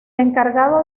encargado